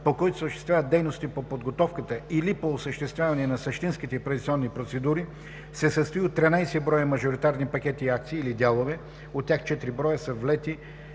по които се осъществяват дейности по подготовката или по осъществяване на същинските приватизационни процедури, се състои от 13 бр. мажоритарни пакети акции/дялове – от тях 4 бр. са влети